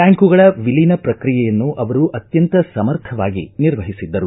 ಬ್ವಾಂಕುಗಳ ವಿಲೀನ ಪ್ರಕ್ರಿಯೆಯನ್ನು ಅವರು ಅತ್ತಂತ ಸಮರ್ಥವಾಗಿ ನಿರ್ವಹಿಸಿದ್ದರು